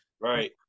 Right